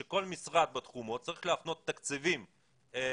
שכל משרד בתחומו צריך להפנות תקציבים נורמליים,